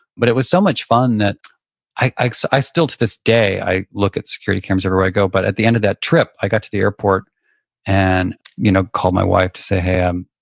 but it was so much fun that i so i still to this day, i look at security cameras everywhere i go. but at the end of that trip, i got to the airport and you know called my wife to say, hey, um